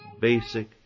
basic